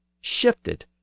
shifted